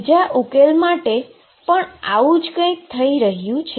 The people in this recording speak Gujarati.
બીજા ઉકેલ માટે પણ આવું જ કઈંક થઈ રહ્યું છે